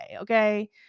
okay